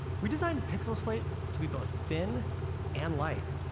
we designed pixel slate to be both thin and light.